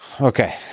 Okay